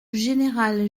général